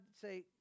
say